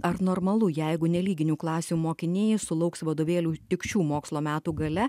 ar normalu jeigu nelyginių klasių mokiniai sulauks vadovėlių tik šių mokslo metų gale